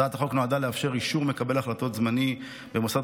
הצעת החוק נועדה לאפשר אישור מקבל החלטות זמני במוסד